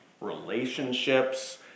Relationships